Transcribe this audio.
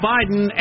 Biden